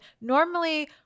normally